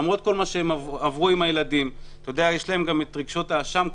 למרות כול מה שהם עברו עם הילדים יש להם גם רגשות האשם,